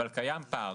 אבל קיים פער.